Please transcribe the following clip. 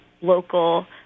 local